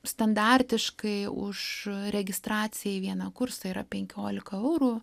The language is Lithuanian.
standartiškai už registraciją į vieną kursą yra penkiolika eurų